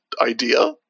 idea